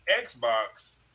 Xbox